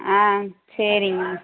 ஆ சரிங்கம்மா